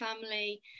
family